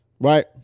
Right